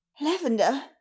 Lavender